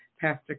Pastor